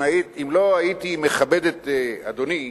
אם לא הייתי מכבד את אדוני,